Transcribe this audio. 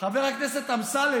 חבר הכנסת אמסלם,